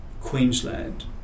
Queensland